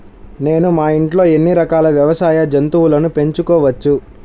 నేను మా ఇంట్లో ఎన్ని రకాల వ్యవసాయ జంతువులను పెంచుకోవచ్చు?